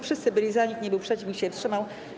Wszyscy byli za, nikt nie był przeciw, nikt się nie wstrzymał.